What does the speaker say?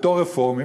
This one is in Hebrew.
בתור רפורמים,